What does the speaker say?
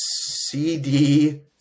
cd